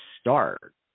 start